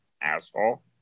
asshole